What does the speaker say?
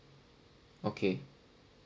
okay